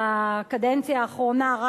בקדנציה האחרונה,